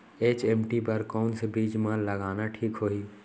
HMT बर कौन से बीज मा लगाना ठीक होही?